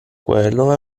quello